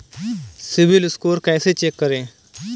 CIBIL score कैसे check करें?